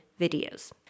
videos